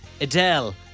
Adele